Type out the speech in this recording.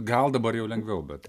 gal dabar jau lengviau bet